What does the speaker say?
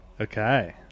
Okay